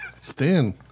Stan